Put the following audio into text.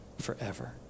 forever